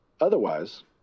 Otherwise